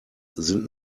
sind